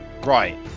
Right